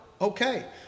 okay